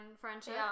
friendship